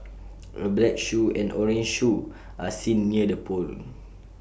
A black shoe and orange shoe are seen near the pole